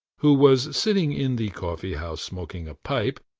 who was sitting in the coffee-house smoking a pipe,